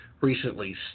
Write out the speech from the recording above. recently